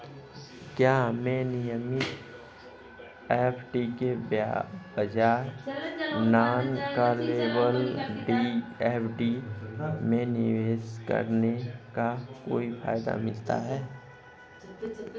क्या हमें नियमित एफ.डी के बजाय नॉन कॉलेबल एफ.डी में निवेश करने का कोई फायदा मिलता है?